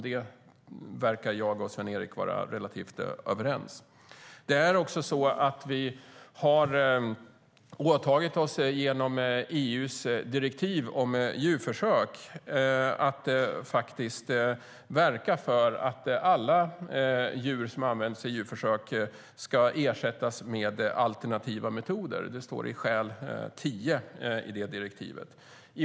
Det verkar jag och Sven-Erik vara relativt överens om. Vi har genom EU:s direktiv om djurförsök åtagit oss att verka för att alla djur som används i djurförsök ska ersättas med alternativa metoder. Det står i skäl 10 i det direktivet.